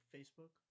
Facebook